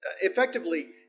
Effectively